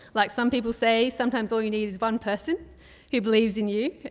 like some people say, sometimes all you need is one person who believes in you.